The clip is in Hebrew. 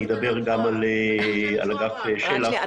אני אדבר גם על אגף של"ח --- רק שנייה,